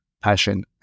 passion